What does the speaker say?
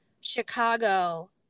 Chicago